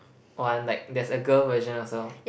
one like there's a girl version also